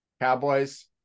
Cowboys